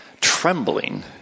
trembling